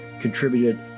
contributed